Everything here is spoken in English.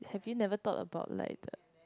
have you never thought about like the